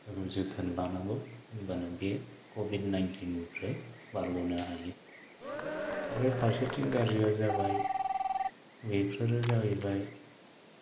जोथोन लानांगौ होनब्लानो बे क'भिड नाइनटिन निफ्राय बारग'नो हायो आरो फारसेथिं गाज्रिआ जाबाय बेफोरो जाहैबाय